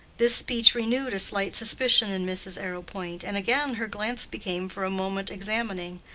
this speech renewed a slight suspicion in mrs. arrowpoint, and again her glance became for a moment examining.